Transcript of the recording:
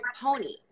pony